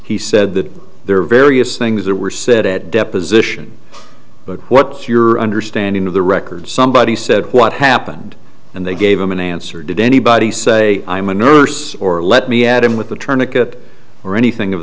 he said that there are various things that were said at deposition but what's your understanding of the record somebody said what happened and they gave him an answer did anybody say i'm a nurse or let me add him with the turn of kit or anything of